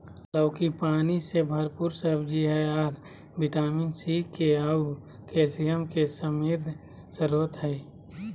लौकी पानी से भरपूर सब्जी हइ अ विटामिन सी, के आऊ कैल्शियम के समृद्ध स्रोत हइ